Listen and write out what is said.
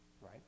right